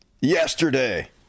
yesterday